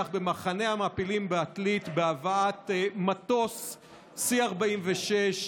במחנה המעפילים בעתלית בהבאת מטוס C-46,